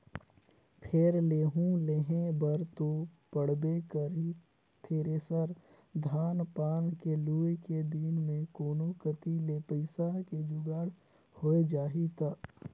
फेर लेहूं लेहे बर तो पड़बे करही थेरेसर, धान पान के लुए के दिन मे कोनो कति ले पइसा के जुगाड़ होए जाही त